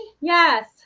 Yes